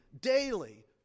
daily